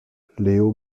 leo